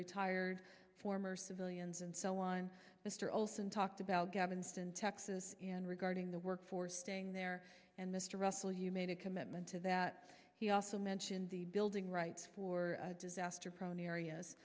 retired former civilians and so on mr olson talked about gavin sin taxes and regarding the workforce staying there and mr russell you made a commitment to that he also mentioned the building rights for disaster prone areas